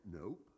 Nope